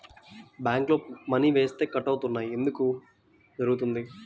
బ్యాంక్లో మని వేస్తే కట్ అవుతున్నాయి అది ఎందుకు జరుగుతోంది?